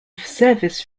service